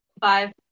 five